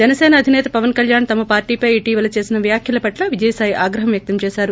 జనసేన అధినేత్పవన్ కళ్యాణ తమ్పార్టీపై ఇటీవల చేసిన వ్యాఖ్యల పట్ల విజయసాయి ఆగ్రహం వ్యక్తం చేశారు